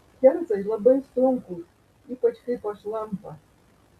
kerzai labai sunkūs ypač kai pašlampa